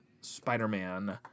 Spider-Man